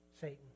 Satan